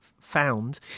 found